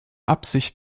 absicht